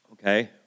okay